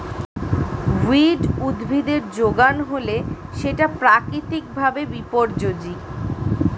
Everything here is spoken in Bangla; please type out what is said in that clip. উইড উদ্ভিদের যোগান হলে সেটা প্রাকৃতিক ভাবে বিপর্যোজী